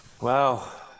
Wow